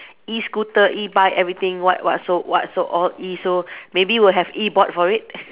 E scooter E bike everything what what so what so all E so maybe will have E board for it